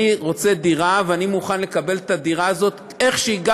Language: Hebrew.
אני רוצה דירה ואני מוכן לקבל את הדירה הזאת איך שהיא,